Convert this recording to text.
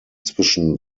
zwischen